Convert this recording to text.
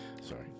Sorry